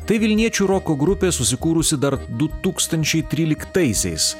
tai vilniečių roko grupė susikūrusi dar du tūkstančiai tryliktaisiais